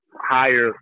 higher